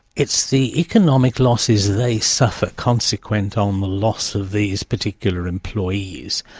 it's the economic losses they suffer consequent on the loss of these particular employees,